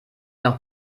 noch